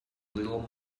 little